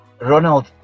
Ronald